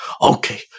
okay